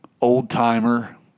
old-timer